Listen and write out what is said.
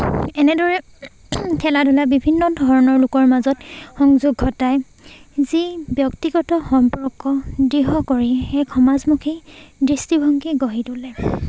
এনেদৰে খেলা ধূলাই বিভিন্ন ধৰণৰ লোকৰ মাজত সংযোগ ঘটায় যি ব্যক্তিগত সম্পৰ্ক দৃঢ় কৰি সেই সমাজমুখেই দৃষ্টিভংগী গঢ়ি তোলে